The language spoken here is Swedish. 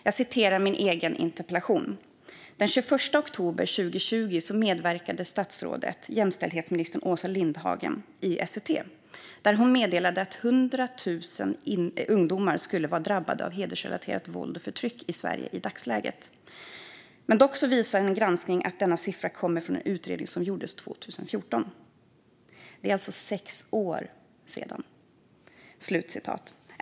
Jag citerar min egen interpellation: "Den 21 oktober 2020 medverkade jämställdhetsminister Åsa Lindhagen i SVT där hon meddelade att 100 000 ungdomar skulle vara drabbade av hedersrelaterat våld och förtryck i Sverige i dagsläget. Dock visar en granskning att denna siffra kommer från en utredning som gjordes 2014 och alltså är sex år gammal."